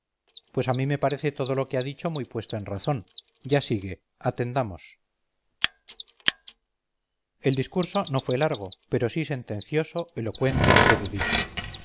pues a mí me parece todo lo que ha dicho muy puesto en razón ya sigue atendamos el discurso no fue largo pero sí sentencioso elocuente y erudito